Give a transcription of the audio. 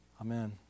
Amen